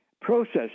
process